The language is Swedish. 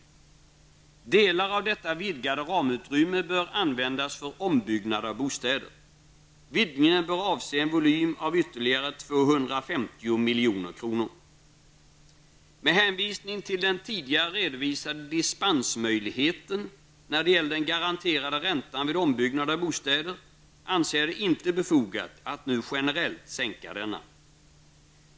Delar av detta vidgade ramutrymme bör användas för ombyggnad av bostäder. Vidgningen bör avse en volym av ytterligare 250 Med hänvisning till den tidigare redovisade dispensmöjligheten när det gäller den garanterade räntan vid ombyggnad av bostäder anser jag det inte befogat att nu generellt sänka denna.